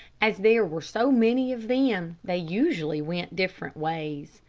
as there were so many of them they usually went different ways.